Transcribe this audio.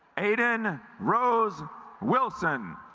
aiden rose wilson